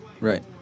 right